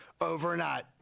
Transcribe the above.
overnight